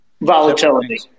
Volatility